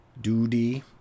Duty